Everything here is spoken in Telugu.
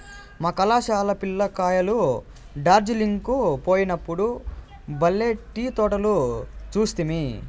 మా కళాశాల పిల్ల కాయలు డార్జిలింగ్ కు పోయినప్పుడు బల్లే టీ తోటలు చూస్తిమి